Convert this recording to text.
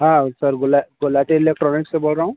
हाँ सर गुला गुलाटी इलेक्ट्रॉनिक्स से बोल रहा हूँ